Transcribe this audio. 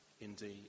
indeed